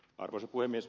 arvoisa puhemies